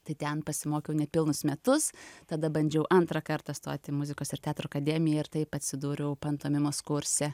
tai ten pasimokiau nepilnus metus tada bandžiau antrą kartą stoti į muzikos ir teatro akademiją ir taip atsidūriau pantomimos kurse